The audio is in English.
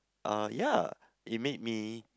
uh ya it made me